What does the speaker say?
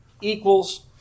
equals